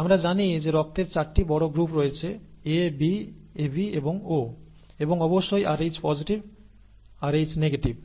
আমরা জানি যে রক্তের 4 টি বড় গ্রুপ রয়েছে A B AB এবং O এবং অবশ্যই Rh পজিটিভ Rh নেগেটিভ